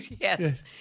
Yes